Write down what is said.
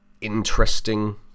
interesting